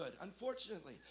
unfortunately